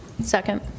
Second